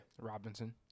Robinson